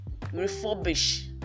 refurbish